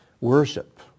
Worship